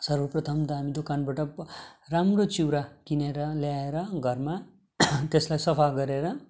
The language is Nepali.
सर्वप्रथम त हामी दोकानबाट राम्रो चिउरा किनेर ल्याएर घरमा त्यसलाई सफा गरेर